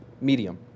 medium